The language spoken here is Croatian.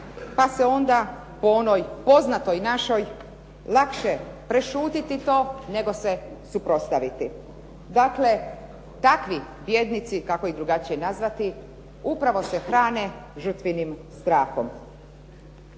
pa se onda po onoj poznatoj našoj lakše prešutiti to, nego se suprotstaviti. Dakle, takvi bijednici kako ih drugačije nazvati upravo se hrane žrtvinim strahom.